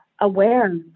aware